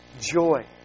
joy